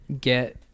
get